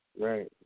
Right